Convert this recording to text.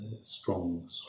strong